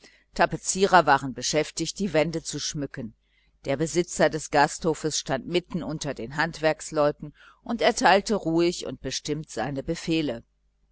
tapezierer waren beschäftigt die wände zu dekorieren der besitzer des hotels stand mitten unter den handwerksleuten und erteilte ruhig und bestimmt seine befehle